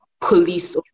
police